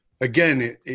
again